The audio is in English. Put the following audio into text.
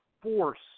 force